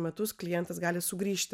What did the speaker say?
metus klientas gali sugrįžti